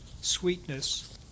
sweetness